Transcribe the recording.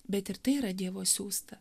bet ir tai yra dievo siųsta